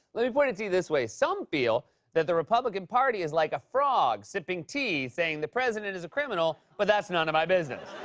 let me put it to you this way some feel that the republican party is like a frog sipping tea, saying, the president is a criminal, but that's none of my business.